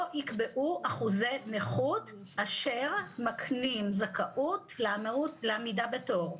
יקבעו אחוזי נכות אשר מקנים זכאות לעמידה בתור.